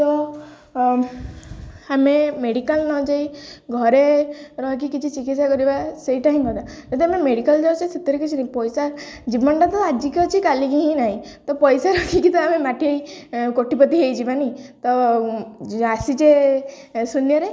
ତ ଆମେ ମେଡ଼ିକାଲ ନଯାଇ ଘରେ ରହିକି କିଛି ଚିକିତ୍ସା କରିବା ସେଇଟା ହିଁ କଥା ଯଦି ଆମେ ମେଡ଼ିକାଲ ଯାଉଛେ ସେଥିରେ କିଛି ନାହିଁ ପଇସା ଜୀବନଟା ତ ଆଜିକି ଅଛି କାଲିକି ହିଁ ନାହିଁ ତ ପଇସା ରଖିକି ତ ଆମେ କୋଟିପତି ହେଇଯିବାନି ତ ଆସିଛେ ଶୂନ୍ୟରେ